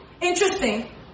Interesting